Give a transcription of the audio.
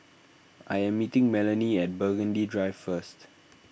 I am meeting Melony at Burgundy Drive first